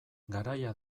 garaia